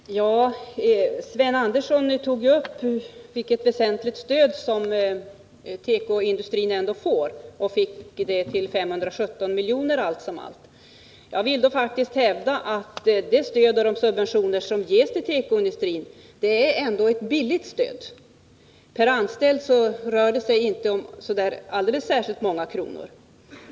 Herr talman! Sven Andersson tog upp det väsentliga stöd som tekoindustrin ändå får, och han fick det till totalt 517 milj.kr. Det stöd och de subventioner som ges till tekoindustrin utgör ändå ett billigt stöd. Per anställd rör det sig inte om speciellt många kronor.